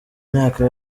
myaka